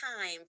time